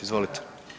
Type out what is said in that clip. Izvolite.